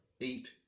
eight